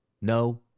No